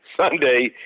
sunday